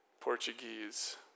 Portuguese